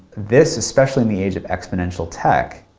this, especially in the age of exponential tech,